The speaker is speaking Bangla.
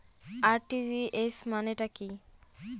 আর.টি.জি.এস মানে টা কি?